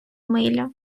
миля